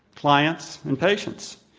clients, and patients.